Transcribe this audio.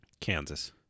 Kansas